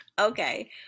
Okay